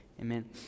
Amen